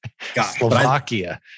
Slovakia